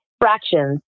fractions